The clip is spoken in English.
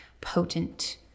potent